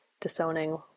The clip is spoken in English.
Disowning